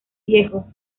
viejo